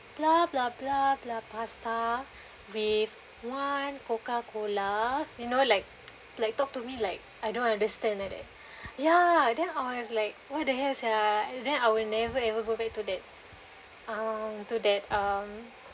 blah blah blah blah pasta with one Coca Cola you know like like talk to me like I don't understand like that ya then I was like what the hell sia then I will never go back to that um to that um